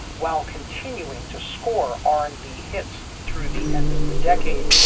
while continuing to score r and b hits through the end of the decade,